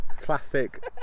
Classic